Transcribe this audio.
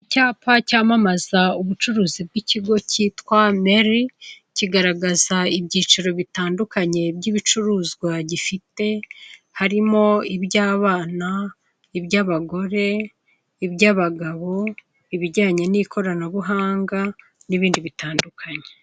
Icyapa cyamamaza ubucuruzi bw'ikigo kitwa meri kigaragaza ibyiciro bitandukanye by'ibicuruzwa gifite, harimo iby'abana iby'abagore, iby'abagabo, ibijyanye n'ikoranabuhanga n'ibindi bitandukanye.